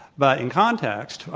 but in context,